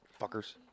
Fuckers